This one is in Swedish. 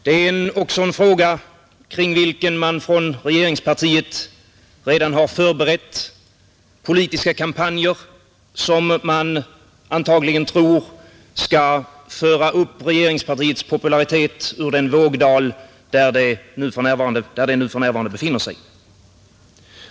Det är också en fråga kring vilken man från regeringspartiet redan har förberett politiska kampanjer, som man antagligen tror skall föra upp regeringspartiets popularitet ur den vågdal där den nu befinner sig.